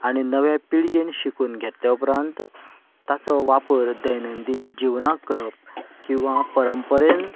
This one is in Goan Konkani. आनी नव्या पिळगेन शिकून घेतल्या उपरांत ताचो वापर दैनांदीन जिवनांत करप किंवा परंपरेन